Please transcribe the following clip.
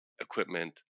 equipment